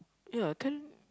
yeah tell